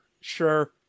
sure